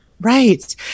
Right